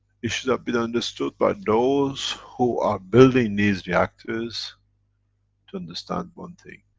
it should have been understood by those who are building these reactors to understand one thing